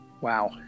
Wow